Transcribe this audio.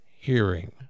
hearing